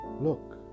Look